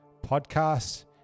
podcast